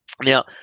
Now